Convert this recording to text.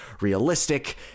realistic